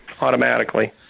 automatically